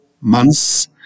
months